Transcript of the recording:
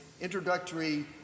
introductory